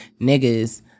Niggas